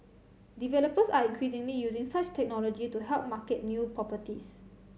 developers are increasingly using such technology to help market new property